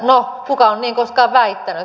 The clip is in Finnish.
no kuka on niin koskaan väittänyt